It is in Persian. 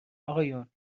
اقایون، این